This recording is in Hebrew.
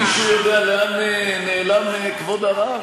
מישהו יודע לאן נעלם כבוד הרב?